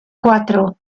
cuatro